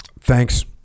thanks